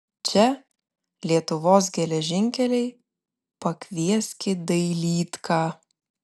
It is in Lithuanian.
čia lietuvos geležinkeliai pakvieskit dailydką